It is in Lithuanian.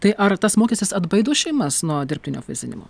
tai ar tas mokestis atbaido šeimas nuo dirbtinio apvaisinimo